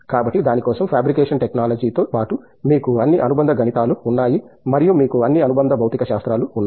కాబట్టి దాని కోసం ఫాబ్రికేషన్ టెక్నాలజీతో పాటు మీకు అన్ని అనుబంధ గణితాలు ఉన్నాయి మరియు మీకు అన్ని అనుబంధ భౌతిక శాస్త్రాలు ఉన్నాయి